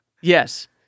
Yes